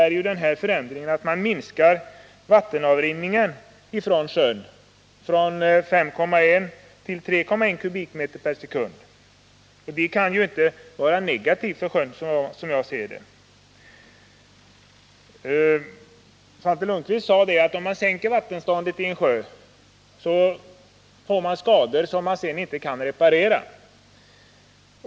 Dessutom innebär förändringen att man minskar vattenav rinningen från sjön från 5,1 till 3,1 kubikmeter per sekund, och det kan inte — Ändrad vatten vara negativt för sjön. hushållning i Hjäl Svante Lundkvist sade att om man sänker medelvattenståndet i en sjö maren uppstår skador som inte kan repareras.